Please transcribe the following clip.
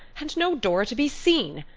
and no dora to be seen.